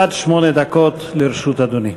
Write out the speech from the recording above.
עד שמונה דקות לרשות אדוני.